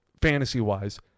fantasy-wise